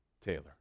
Taylor